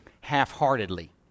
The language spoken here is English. half-heartedly